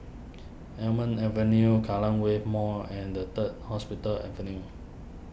Almond Avenue Kallang Wave Mall and the Third Hospital Avenue